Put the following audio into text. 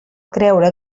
creure